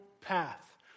path